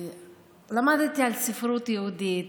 למדתי על ספרות יהודית,